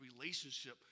relationship